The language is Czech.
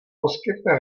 poskytne